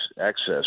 access